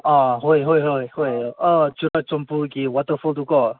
ꯑꯥ ꯍꯣꯏ ꯍꯣꯏ ꯍꯣꯏ ꯍꯣꯏ ꯑꯥ ꯆꯨꯔꯆꯥꯟꯄꯨꯔꯒꯤ ꯋꯥꯇꯔꯐꯣꯜꯗꯨꯀꯣ